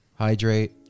Hydrate